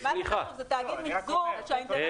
אני מרכז את רשתות המזון באיגוד לשכות